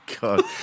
god